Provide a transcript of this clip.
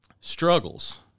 Struggles